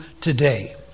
today